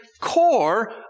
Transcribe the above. core